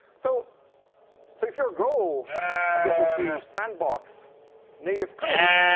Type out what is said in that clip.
so if your goal i guess is to sandbox native code,